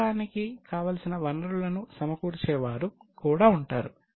వ్యాపారానికి కావలసిన వనరులను సమకూర్చేవారు కూడా ఉంటారు